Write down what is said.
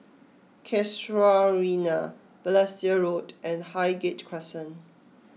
Casuarina Balestier Road and Highgate Crescent